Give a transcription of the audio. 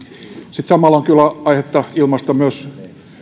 sitten samalla on kyllä aihetta ilmaista myös